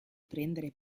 prendere